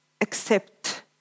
accept